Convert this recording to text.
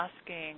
asking